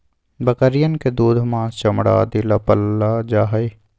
बकरियन के दूध, माँस, चमड़ा आदि ला पाल्ल जाहई